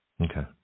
Okay